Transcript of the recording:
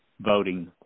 voting